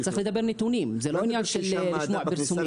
צריך לדעת נתונים, זה לא עניין של לשמוע פרסומים.